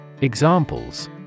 Examples